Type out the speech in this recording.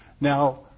Now